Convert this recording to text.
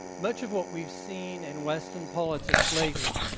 much of what we've seen in western politics lately,